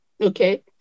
Okay